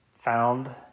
found